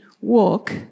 walk